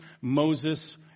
Moses